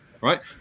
right